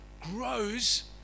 grows